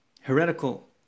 heretical